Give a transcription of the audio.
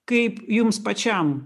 kaip jums pačiam